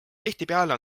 tihtipeale